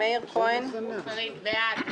מאיר כהן, במקומו קארין אלהרר - בעד.